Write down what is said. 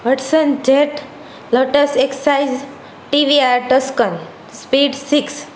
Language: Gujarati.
Hudson Jet Lotus Exige TVR Tuscan Speed six